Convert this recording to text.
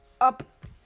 up